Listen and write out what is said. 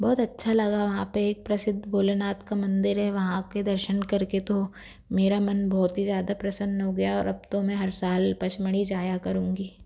बहुत अच्छा लगा वहाँ पे एक प्रसिद्ध भोलेनाथ का मंदिर है वहाँ के दर्शन करके तो मेरा मन बहुत ही ज़्यादा प्रसन्न हो गया और अब तो मैं हर साल पंचमढ़ी जाया करूंगी